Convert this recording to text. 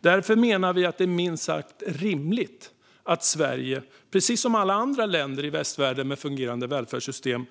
Därför menar vi att det är minst sagt rimligt att Sverige, precis som alla andra länder i västvärlden med fungerande välfärdssystem,